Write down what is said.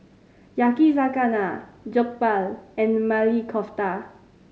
Yakizakana Jokbal and Maili Kofta